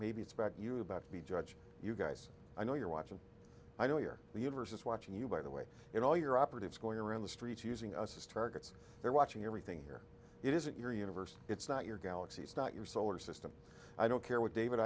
maybe it's about you about to be judge you guys i know you're watching i know you're the universe is watching you by the way in all your operatives going around the streets using us as targets they're watching everything here it isn't your universe it's not your galaxy it's not your solar system i don't care what david